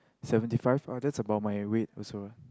seventy five uh that's about my weight also